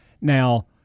Now